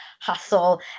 hustle